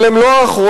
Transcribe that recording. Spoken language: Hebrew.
אבל הם לא האחרונים,